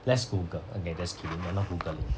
let's Google okay just kidding we're not googling